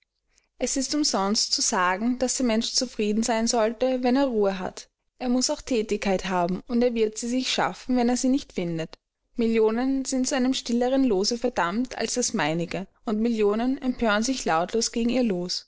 es ist umsonst zu sagen daß der mensch zufrieden sein sollte wenn er ruhe hat er muß auch thätigkeit haben und er wird sie sich schaffen wenn er sie nicht findet millionen sind zu einem stilleren lose verdammt als das meinige und millionen empören sich lautlos gegen ihr los